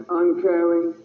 uncaring